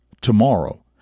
tomorrow